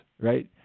right